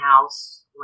house